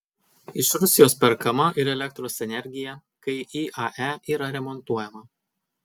iš rusijos perkama ir elektros energija kai iae yra remontuojama